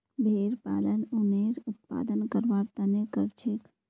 भेड़ पालन उनेर उत्पादन करवार तने करछेक